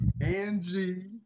Angie